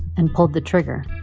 and pulled the trigger